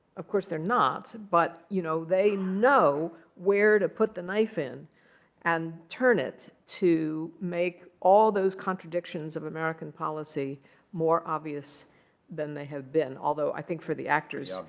of course, they're not. but you know they know where to put the knife in and turn it to make all those contradictions of american policy more obvious than they have been. although, i think for the actors,